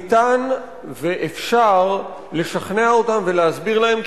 ניתן ואפשר לשכנע אותם ולהסביר להם כי